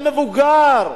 אדם מבוגר,